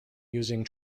using